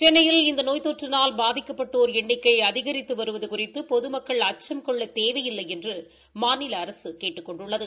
சென்னையில் இந்த நோய் தொற்றினால் பாதிக்கப்பட்டோர் எண்ணிக்கை அதிகரித்து வருவது குறிதது பொதுமக்கள் அச்சம் கொள்ளத் தேவையில்லை என்று மாநில அரசு கேட்டுக் கொண்டுள்ளது